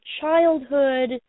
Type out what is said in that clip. childhood